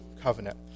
Covenant